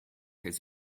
his